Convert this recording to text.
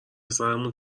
سرمون